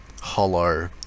hollow